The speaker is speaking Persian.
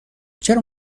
چرا